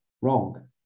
wrong